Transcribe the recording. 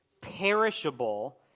perishable